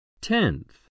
tenth